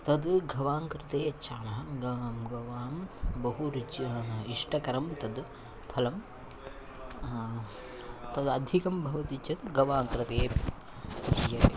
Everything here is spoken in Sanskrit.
तद् गवाङ्कृते यच्छामः गवां बहु रुचिः इष्टकरं तद् फलं तद् अधिकं भवति चेत् गवाङ्कृतेऽपि जीयते